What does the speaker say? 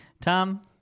Tom